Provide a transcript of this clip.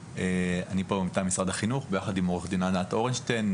אני פה מטעם משרד החינוך ביחד עם עורכת הדין ענת אורנשטיין,